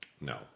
No